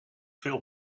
veel